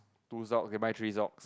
two socks okay mine three socks